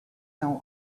know